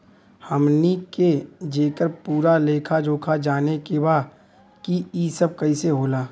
हमनी के जेकर पूरा लेखा जोखा जाने के बा की ई सब कैसे होला?